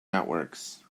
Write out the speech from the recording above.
networks